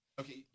Okay